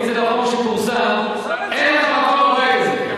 אם זה נכון מה שפורסם אין לך מקום בבית הזה.